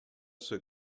ceux